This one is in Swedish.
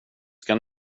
ska